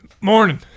Morning